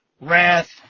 wrath